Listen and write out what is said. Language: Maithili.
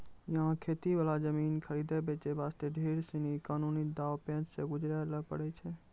यहाँ खेती वाला जमीन खरीदै बेचे वास्ते ढेर सीनी कानूनी दांव पेंच सॅ गुजरै ल पड़ै छै